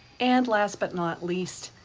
and last but not least,